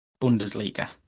Bundesliga